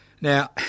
Now